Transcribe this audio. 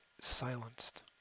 silenced